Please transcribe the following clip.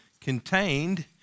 contained